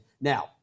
Now